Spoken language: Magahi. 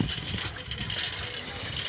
अमित ई कॉमर्सेर विशेषज्ञ छे